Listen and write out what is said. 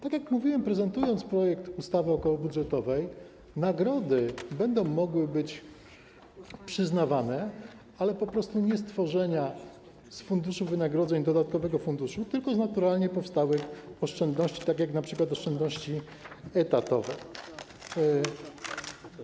Tak jak mówiłem, prezentując projekt ustawy okołobudżetowej, nagrody będą mogły być przyznawane, ale nie poprzez tworzenie z funduszu wynagrodzeń dodatkowego funduszu, tylko z naturalnie powstałych oszczędności, takich jak np. oszczędności etatowe.